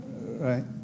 right